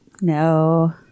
No